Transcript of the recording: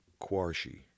Quarshi